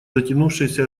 затянувшееся